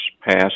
passed